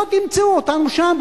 לא תמצאו אותנו שם,